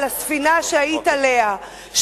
על הספינה שהיית עליה,